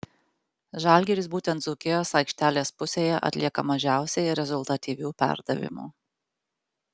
žalgiris būtent dzūkijos aikštelės pusėje atlieka mažiausiai rezultatyvių perdavimų